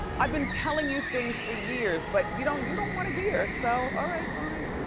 i've been telling you things for years, but you don't you don't wanna hear so all right, fine.